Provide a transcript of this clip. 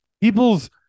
people's